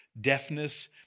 deafness